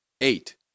eight